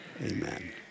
amen